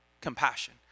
compassion